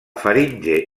faringe